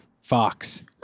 Fox